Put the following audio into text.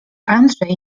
andrzej